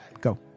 Go